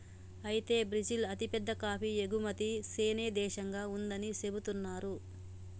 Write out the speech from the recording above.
అయితే బ్రిజిల్ అతిపెద్ద కాఫీ ఎగుమతి సేనే దేశంగా ఉందని సెబుతున్నారు